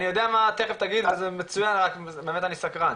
אני יודע מה תיכף תגיד וזה מצוין, רק אני סקרן,